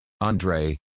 Andre